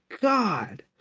God